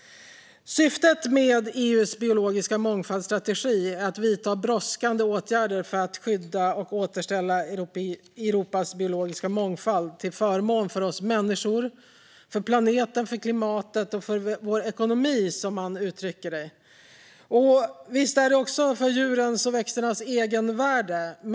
Syftet med EU:s strategi för biologisk mångfald är att vidta brådskande åtgärder för att skydda och återställa Europas biologiska mångfald till förmån för oss människor och vår planet, vårt klimat och vår ekonomi, som man uttrycker det. Visst är det också för djurens och växternas egenvärde.